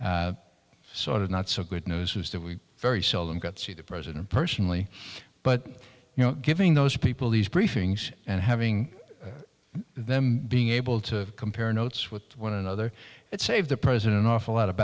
sort of not so good news was that we very seldom got see the president personally but you know giving those people these briefings and having them being able to compare notes with one another it saves the president off a lot of